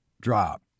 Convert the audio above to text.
drop